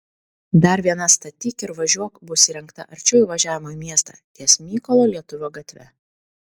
dar viena statyk ir važiuok bus įrengta arčiau įvažiavimo į miestą ties mykolo lietuvio gatve